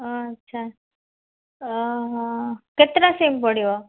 ଆଚ୍ଛା କେତେଟା ସିମ୍ ପଡ଼ିବ